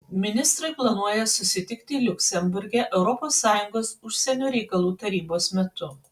ministrai planuoja susitikti liuksemburge europos sąjungos užsienio reikalų tarybos metu